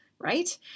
Right